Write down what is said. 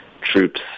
troops